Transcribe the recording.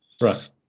Right